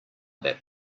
that